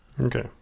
Okay